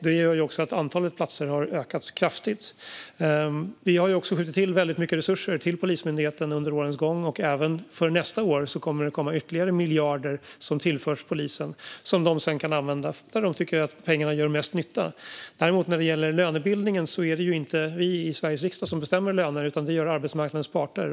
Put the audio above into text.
Det gör att antalet platser har ökat kraftigt. Vi har också skjutit till mycket resurser till Polismyndigheten under årens gång, och även för nästa år kommer det ytterligare miljarder som tillförs polisen och som de sedan kan använda där de tycker att pengarna gör mest nytta. När det gäller lönebildningen är det inte vi i Sveriges riksdag som bestämmer löner, utan det gör arbetsmarknadens parter.